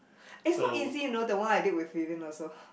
it's not easy you know the one I did with Vivian also